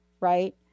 right